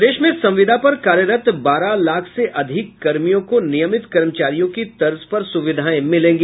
प्रदेश में संविदा पर कार्यरत बारह लाख से अधिक कर्मियों को नियमित कर्मचारियों की तर्ज पर सुविधाएं मिलेंगी